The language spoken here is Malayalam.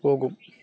പോകും